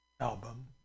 album